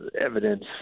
evidence